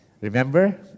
Remember